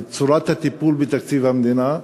לצורת הטיפול בתקציב המדינה,